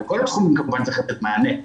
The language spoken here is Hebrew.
על כל התחומים כמובן צריך לתת מענה,